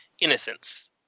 Innocence